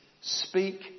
speak